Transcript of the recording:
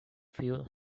fuel